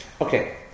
Okay